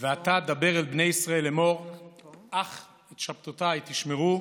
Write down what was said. "ואתה דבר אל בני ישראל לאמר אך את שבתתי תשמרו